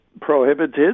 prohibited